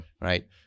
Right